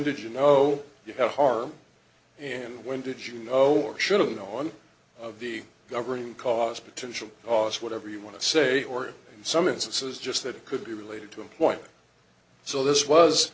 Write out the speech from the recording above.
did you know you have harm and when did you know or should have been on of the government cost potential cost whatever you want to say or in some instances just that it could be related to a point so this was